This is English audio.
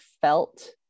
felt